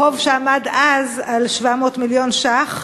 חוב שעמד אז על 700 מיליון ש"ח,